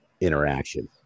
interaction